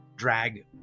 Drag